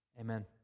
Amen